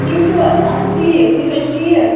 ٹھیٖک چھِو حَظ اَہن حَظ ٹھیٖک تُہۍ چھِو حَظ ٹھیٖک